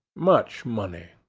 much money.